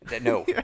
no